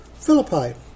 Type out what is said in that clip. Philippi